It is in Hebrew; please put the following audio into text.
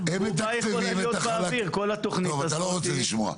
טוב, אתה לא רוצה לשמוע.